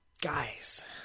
Guys